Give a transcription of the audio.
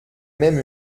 même